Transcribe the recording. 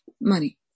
money